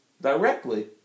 directly